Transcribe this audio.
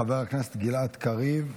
חבר הכנסת גלעד קריב,